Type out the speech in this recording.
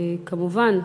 וכמובן,